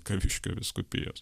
kariškio vyskupijos